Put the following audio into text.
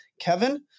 Kevin